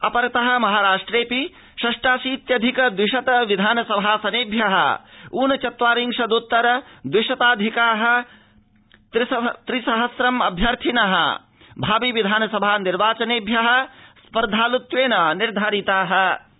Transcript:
अपरतो महाराष्ट्रेडपि अष्टाशीत्यधिक द्विशत विधानसभासनेभ्यः ऊन चत्वारिशद्तर द्विशताधिकाः त्रि सहस्रम् अभ्यर्भिनः भावि निर्वाचनेभ्यः स्पर्धालुत्वेन निर्धारिताः सन्ति